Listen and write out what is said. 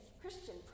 Christian